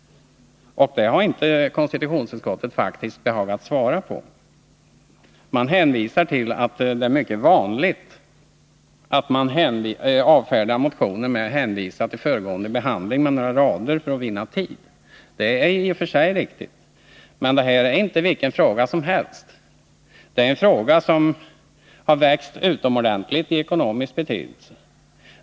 Det har konstitutionsutskottet faktiskt inte behagat svara på. Man säger nu att det är mycket vanligt att man avfärdar motioner på några rader med hänvisning till föregående behandling för att vinna tid, och det är i och för sig riktigt. Men det här är inte vilken fråga som helst, utan en fråga som har växt utomordentligt i ekonomisk betydelse.